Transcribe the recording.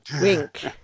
Wink